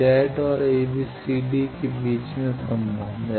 Z और a b c d के बीच संबंध हैं